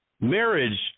Marriage